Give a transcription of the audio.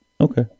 Okay